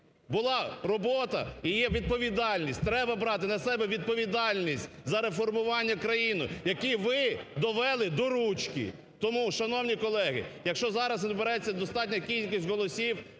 Була робота, і є відповідальність. Треба брати на себе відповідальність за реформування країни, яку ви довели до ручки. Тому, шановні колеги, якщо зараз набереться достатня кількість голосів,